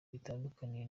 bitandukaniye